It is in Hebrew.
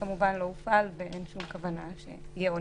שכמובן לא הופעל וגם אין כוונה שיופעל.